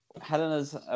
Helena's